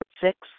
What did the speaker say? Six